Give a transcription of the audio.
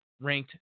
ranked